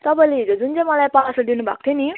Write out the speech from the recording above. तपाईँले हिजो जुन चाहिँ मलाई पार्सल दिनु भएको थियो नि